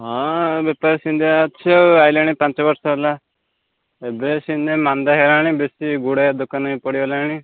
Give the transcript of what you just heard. ହଁ ବେପାର ସେମିତିଆ ଅଛି ଆଉ ଆସିଲାଣି ପାଞ୍ଚବର୍ଷ ହେଲା ଏବେ ସେମତି ମାନ୍ଦା ହେଇଗଲାଣି ବେଶୀ ଗୁଡ଼ାଏ ଦୋକାନ ବି ପଡ଼ିଗଲାଣି